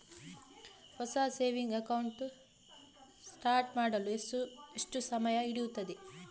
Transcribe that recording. ಹೊಸ saving account start ಮಾಡಲು ಎಷ್ಟು ಸಮಯ ಹಿಡಿಯುತ್ತದೆ?